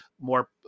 more